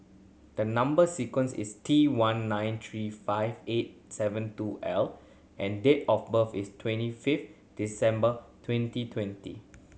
the number sequence is T one nine three five eight seven two L and date of birth is twenty fiftth December twenty twenty